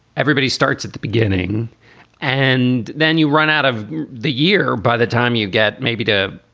everybody starts at the beginning and then you run out of the year. by the time you get maybe to,